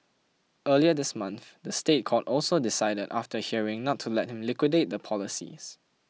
earlier this month the State Court also decided after a hearing not to let him liquidate the policies